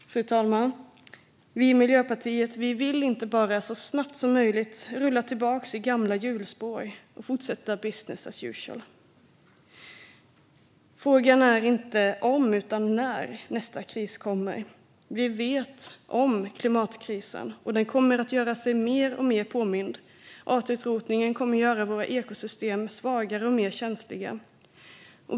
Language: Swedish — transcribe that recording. Fru talman! Vi i Miljöpartiet vill inte rulla tillbaka i gamla hjulspår och fortsätta business as usual. Frågan är inte om utan när nästa kris kommer. Vi vet redan nu att klimatkrisen kommer att göra sig alltmer påmind. Artutrotningen kommer att göra våra ekosystem svagare och mer känsliga.